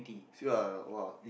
ask you ah !wah!